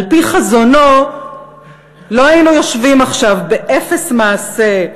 על-פי חזונו לא היינו יושבים עכשיו באפס מעשה,